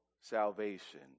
salvation